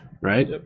right